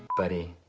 buddy,